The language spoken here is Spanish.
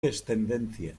descendencia